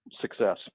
success